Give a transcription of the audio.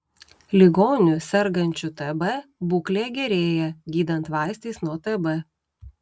ligonių sergančių tb būklė gerėja gydant vaistais nuo tb